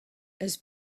eus